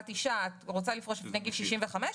לפני גיל 65,